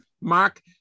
Mark